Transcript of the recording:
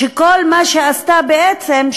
שכל מה שעשתה בעצם,